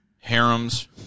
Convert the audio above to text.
Harems